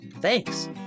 Thanks